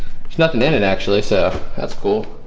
nothing in it actually, so that's cool.